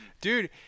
Dude